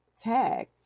tag